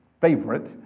favorite